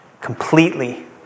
completely